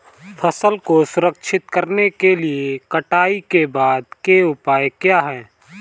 फसल को संरक्षित करने के लिए कटाई के बाद के उपाय क्या हैं?